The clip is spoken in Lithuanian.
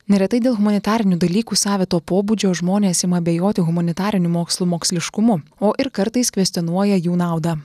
neretai dėl humanitarinių dalykų savito pobūdžio žmonės ima abejoti humanitarinių mokslų moksliškumu o ir kartais kvestionuoja jų naudą